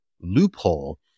loophole